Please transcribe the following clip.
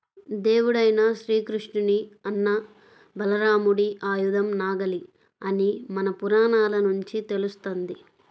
దేవుడైన శ్రీకృష్ణుని అన్న బలరాముడి ఆయుధం నాగలి అని మన పురాణాల నుంచి తెలుస్తంది